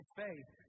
faith